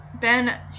Ben